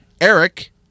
eric